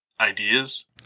ideas